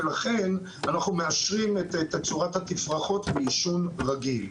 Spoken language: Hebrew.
ולכן אנחנו מאשרים את תצורת התפרחות בעישון רגיל.